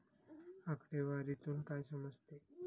आकडेवारीतून काय समजते?